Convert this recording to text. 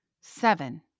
seven